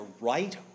right